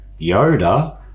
Yoda